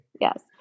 Yes